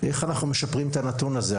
איך אנחנו משפרים את הנתון הזה?